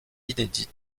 inédites